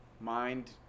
Mind